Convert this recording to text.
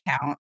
count